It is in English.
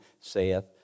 saith